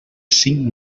cinc